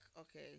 okay